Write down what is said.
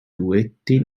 duetti